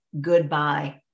goodbye